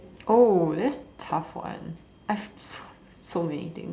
oh this is tough one I have so many things